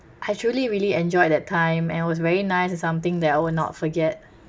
I truly really enjoyed that time and it was very nice something that I will not forget